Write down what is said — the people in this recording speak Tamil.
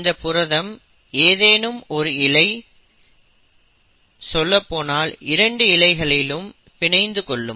இந்த புரதம் ஏதேனும் ஒரு இழை சொல்லப்போனால் இரண்டு இழைகளிலும் பிணைந்து கொள்ளும்